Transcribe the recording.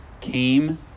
came